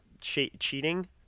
cheating